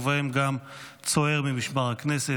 ובהם גם צוער ממשמר הכנסת,